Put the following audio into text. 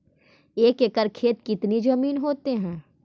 एक एकड़ खेत कितनी जमीन होते हैं?